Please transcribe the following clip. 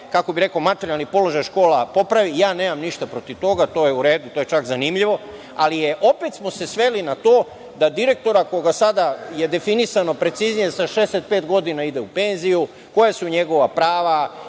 da se materijalni položaj škola popravi. Nemam ništa protiv toga, to je u redu, to je čak zanimljivo, ali opet smo se sveli na to da direktor, ako je sada definisano, precizirano da sa 65 godina ide u penziju, koja su njegova prava,